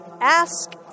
ask